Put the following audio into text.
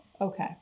Okay